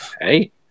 Hey